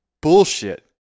bullshit